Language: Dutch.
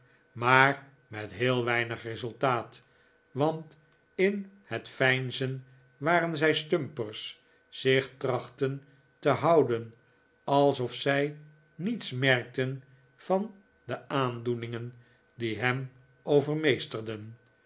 maar met heel weinig resultaat want in het veinzen waren zij stumpers zich trachtten te houden alsof zij niets merkten van de aandoeningen die hem